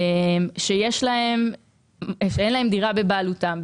שאין להם דירה בבעלותם.